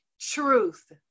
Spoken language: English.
truth